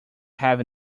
have